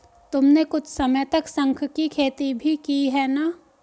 तुमने कुछ समय तक शंख की खेती भी की है ना?